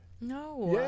no